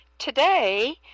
Today